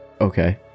okay